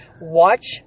watch